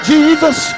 Jesus